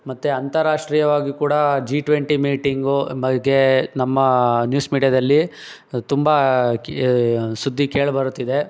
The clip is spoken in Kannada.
ಮತ್ತು ಅಂತಾರಾಷ್ಟ್ರೀಯವಾಗಿ ಕೂಡ ಜಿ ಟ್ವೆಂಟಿ ಮೀಟಿಂಗು ಬಗ್ಗೆ ನಮ್ಮ ನ್ಯೂಸ್ ಮೀಡ್ಯಾದಲ್ಲಿ ತುಂಬ ಸುದ್ದಿ ಕೇಳಿಬರುತ್ತಿದೆ